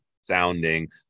sounding